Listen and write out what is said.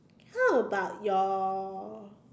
how about your